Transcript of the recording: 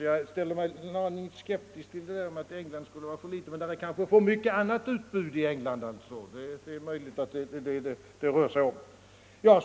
Jag ställer mig alltså en aning skeptisk till att England skulle vara för litet, men det finns kanske för stort utbud i övrigt i England. Till slut.